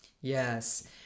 Yes